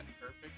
perfect